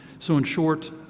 so in short,